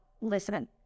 Listen